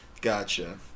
gotcha